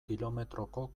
kilometroko